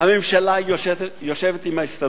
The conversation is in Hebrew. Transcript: הממשלה יושבת עם ההסתדרות,